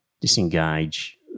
disengage